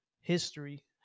history